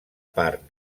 part